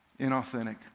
inauthentic